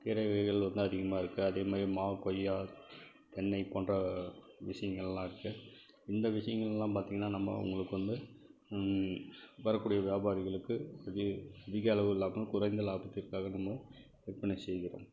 கீரை வகைகள் வந்து அதிகமாக இருக்குது அதே மாதிரி மா கொய்யா தென்னை போன்ற விஷயங்கள்லாம் இருக்குது இந்த விஷயங்கள்லாம் பார்த்திங்கன்னா நம்ம அவர்களுக்கு வந்து வரக்கூடிய வியாபாரிகளுக்கு அதி அதிகளவு இல்லாமல் குறைந்த லாபத்திற்காக நம்ம விற்பனை செய்கிறோம்